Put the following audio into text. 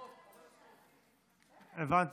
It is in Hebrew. אה, הבנתי.